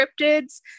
cryptids